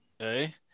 Okay